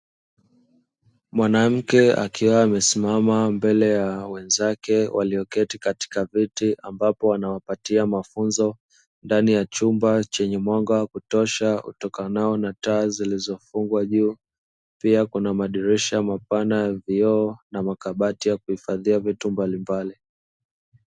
Mwanamke akiwa amesimama mbele ya wenzake walioketi katika viti, ambapo anawapatia mafunzo ndani ya chumba chenye mwanga wa kutosha utokanao na taa zilizofungwa juu; pia kuna madirisha mapana ya vioo na makabati ya kuhifadhia vitu mbalimbali.